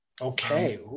Okay